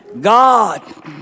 God